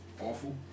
awful